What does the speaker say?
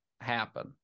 happen